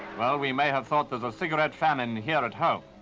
well, we may have thought there's a cigarette famine here at home.